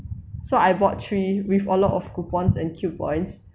so I bought three with a lot of coupons and Q points